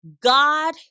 God